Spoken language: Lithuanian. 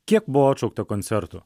kiek buvo atšaukta koncertų